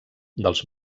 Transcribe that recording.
dels